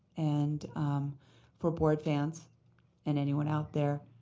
and for board fans and any one out there,